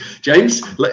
james